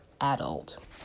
adult